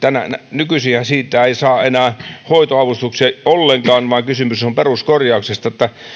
nykyisinhän siitä ei saa enää hoito avustuksia ollenkaan vaan kysymys on peruskorjauksesta että